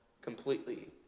completely